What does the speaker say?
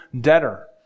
debtor